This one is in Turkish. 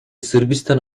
sırbistan